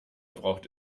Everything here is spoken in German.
braucht